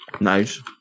nice